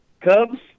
Cubs